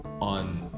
on